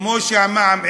כמו מע"מ אפס: